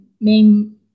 main